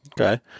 Okay